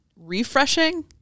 refreshing